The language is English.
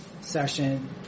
session